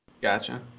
gotcha